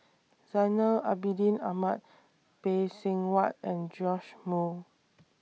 Zainal Abidin Ahmad Phay Seng Whatt and Joash Moo